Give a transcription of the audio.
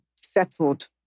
settled